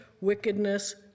wickedness